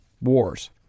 wars